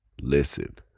listen